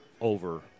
over